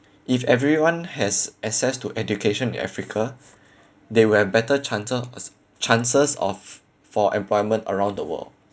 if everyone has access to education in africa they will have better chances chances of for employment around the world